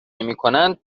نمیکنند